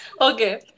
Okay